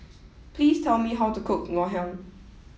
please tell me how to cook Ngoh Hiang